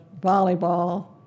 volleyball